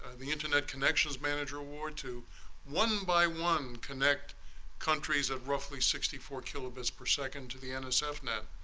and the internet connections manager award to one by one connect countries of roughly sixty four kilobytes per second to the nsfnet.